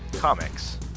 Comics